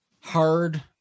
hard